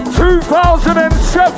2007